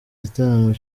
gitaramo